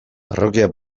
parrokia